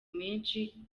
menshi